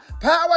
Power